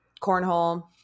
cornhole